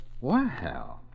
Wow